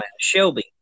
Shelby